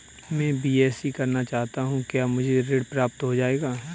मैं बीएससी करना चाहता हूँ क्या मुझे ऋण प्राप्त हो जाएगा?